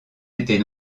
étiez